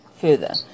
further